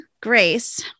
Grace